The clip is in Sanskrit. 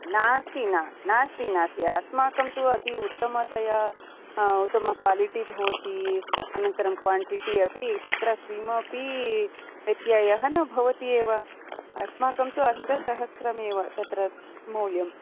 नास्ति ना नास्ति नास्ति अस्माकं तु अति उत्तमतया तं क्वालिट्टि भवति अनन्तरं क्वाण्टिटि अपि तत्र किमपि व्यत्ययः न भवति एव अस्माकं तु अष्टसहस्रम् एव तत्र मूल्यं